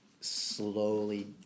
slowly